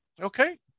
Okay